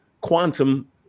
quantum